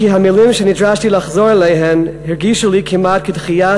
כי המילים שנדרשתי לחזור עליהן הרגישו לי כמעט כדחייה